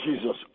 Jesus